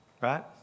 Right